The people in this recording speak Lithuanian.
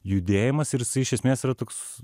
judėjimas ir jis iš esmės yra toks